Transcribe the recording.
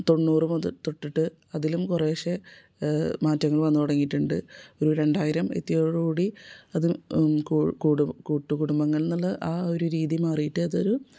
തൊണ്ണൂറ് മുതൽ തൊട്ടിട്ട് അതിലും കുറേശ്ശെ മാറ്റങ്ങൾ വന്ന് തുടങ്ങിയിട്ടുണ്ട് ഒരു രണ്ടായിരം എത്തിയതോടുകൂടി അതും കൂട്ട് കുടുബങ്ങളെന്ന് ഉള്ള ആ ഒരു രീതി മാറിയിട്ട് അതൊരു